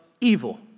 evil